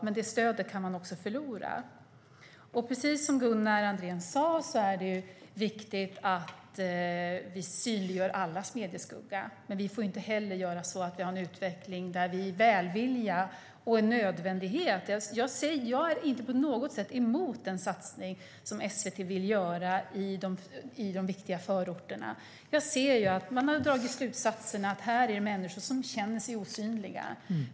Public service kan dock som sagt förlora stödet. Precis som Gunnar Andrén sade är det viktigt att vi synliggör allas medieskugga. Jag är inte på något sätt emot den satsning som SVT vill göra i de viktiga förorterna. Man har dragit slutsatsen att människorna här känner sig osynliga.